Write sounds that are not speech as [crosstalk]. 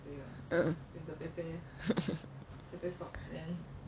[laughs]